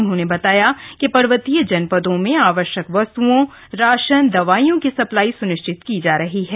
उन्होंने बताया कि पर्वतीय जनपदों में आवश्यक वस्तुओं राशन दवाइयों की सप्लाई सुनिश्चित की जा रही है